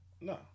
No